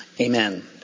amen